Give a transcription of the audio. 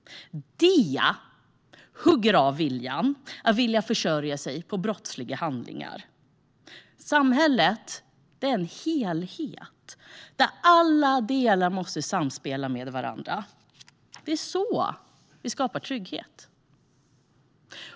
Det hugger av viljan att försörja sig på brottsliga handlingar. Samhället är en helhet där alla delar måste samspela med varandra. Det är så vi skapar trygghet.